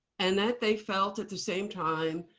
and that they felt, at the same time,